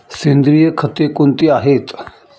सेंद्रिय खते कोणती आहेत?